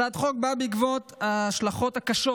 הצעת החוק באה בעקבות ההשלכות הקשות